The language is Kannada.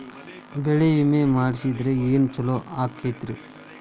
ಬೆಳಿ ವಿಮೆ ಮಾಡಿಸಿದ್ರ ಏನ್ ಛಲೋ ಆಕತ್ರಿ?